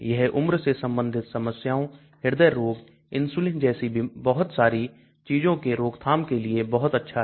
यह उम्र से संबंधित समस्याओं हृदय रोग इंसुलिन जैसी बहुत सारी चीजों के रोकथाम के लिए बहुत अच्छा है